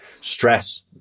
Stress